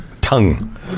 tongue